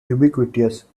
ubiquitous